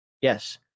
Yes